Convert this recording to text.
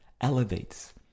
elevates